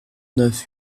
neuf